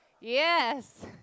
Yes